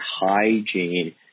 hygiene